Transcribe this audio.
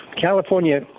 California